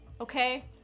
okay